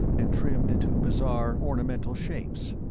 and trimmed into bizarre ornamental shapes.